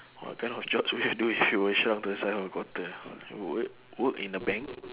what kind of jobs would you do if you were shrunk to the size of a quarter work work in a bank